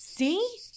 See